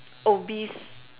obese